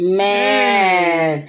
man